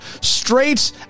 straight